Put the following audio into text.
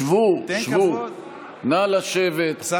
שבו, נא לשבת,